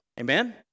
Amen